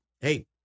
hey